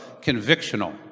convictional